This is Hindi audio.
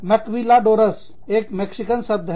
माक्विलाडोरस एक मेक्सिकन शब्द है